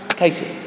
Katie